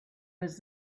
was